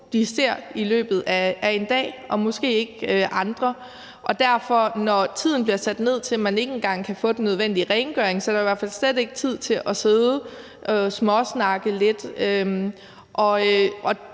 de ser i løbet af en dag, og måske ser de ikke andre. Så når tiden bliver sat ned, så man ikke engang kan få den nødvendige rengøring, er der i hvert fald slet ikke tid til at sidde og småsnakke lidt.